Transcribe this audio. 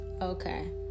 Okay